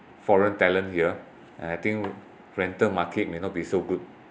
foreign talent here and I think rental market may not be so good